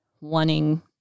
wanting